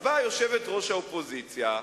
אז באה יושבת-ראש האופוזיציה,